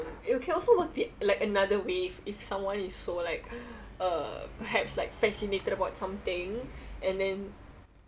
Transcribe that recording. you can also look it like another way if if someone is so like uh perhaps like fascinated about something and then